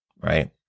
right